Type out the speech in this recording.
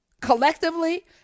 collectively